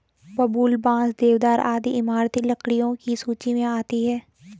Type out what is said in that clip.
बबूल, बांस, देवदार आदि इमारती लकड़ियों की सूची मे आती है